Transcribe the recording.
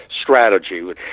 strategy